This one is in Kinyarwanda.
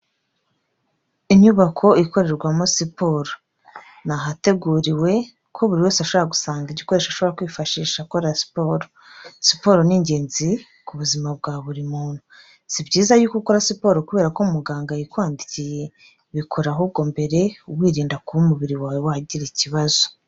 Inyubako ikorerwamo siporo, ni ahateguriwe ko buri wese ashobora gusanga igikoresho ashobora kwifashisha akora siporo, siporo ni ingenzi ku buzima bwa buri muntu, si byiza y'uko ukora siporo kubera ko muganga ayikwandikiye, bikore ahubwo mbere wirinda kuba umubiri wawe wagira ikibazo.